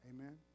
Amen